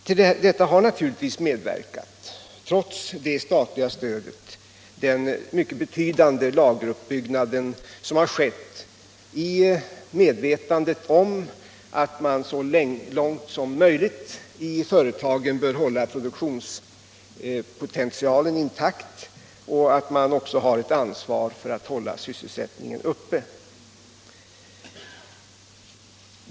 Till detta har naturligtvis medverkat — trots det statliga stödet — den mycket betydande lageruppbyggnad som har skett i medvetandet om att man så långt som möjligt i företagen bör hålla produktionspotentialen intakt och att man också har ett ansvar för att hålla sysselsättningen uppe.